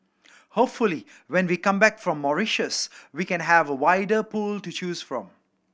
hopefully when we come back from Mauritius we can have a wider pool to choose from